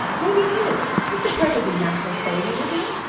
maybe it is! it's a perfectly natural craving, isn't it?